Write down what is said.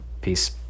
Peace